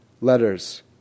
letters